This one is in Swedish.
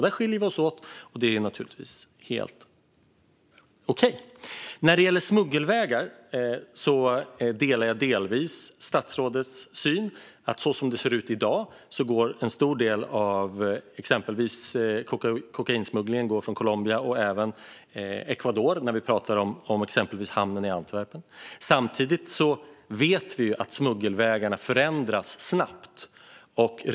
Där skiljer vi oss åt, och det är naturligtvis helt okej. När det gäller smuggelvägar delar jag delvis statsrådets syn på dem. Som det ser ut i dag går en stor del av kokainsmugglingen från Colombia och även Ecuador till exempelvis hamnen i Antwerpen. Samtidigt vet vi ju att smuggelvägarna förändras snabbt.